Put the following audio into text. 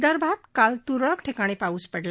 विदर्भात काल तुरळक ठिकाणी पाऊस पडला